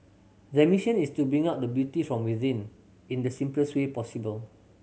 their mission is to bring out the beauty from within in the simplest way possible